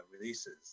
releases